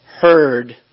heard